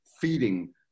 feeding